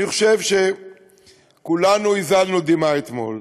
אני חושב שכולנו הזלנו דמעה אתמול,